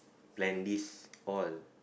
plan this all